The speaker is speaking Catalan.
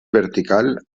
vertical